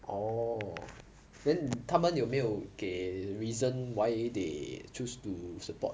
oh then 他们有没有给 reason why they choose to support